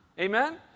Amen